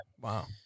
wow